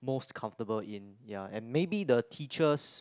most comfortable in ya and maybe the teachers